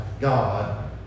God